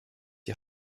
die